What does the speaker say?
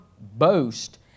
boast